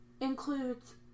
Includes